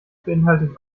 beinhaltet